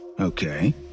Okay